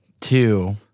two